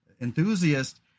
enthusiast